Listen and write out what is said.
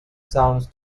songs